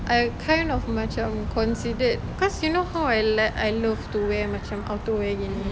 I kind of macam considered cause you know how I like I love to wear macam outerwear again